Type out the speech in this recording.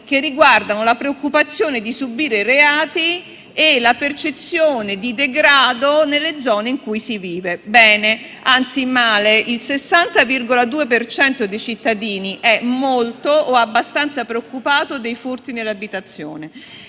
che riguardano la preoccupazione di subire reati e la percezione di degrado nelle zone in cui si vive. Bene, anzi male: il 60,2 per cento dei cittadini è molto o abbastanza preoccupato dei furti nelle abitazioni